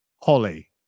Holly